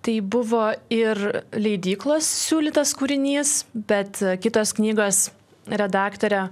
tai buvo ir leidyklos siūlytas kūrinys bet kitos knygos redaktorė